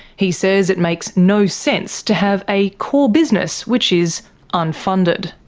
he says it makes no sense to have a core business which is unfunded.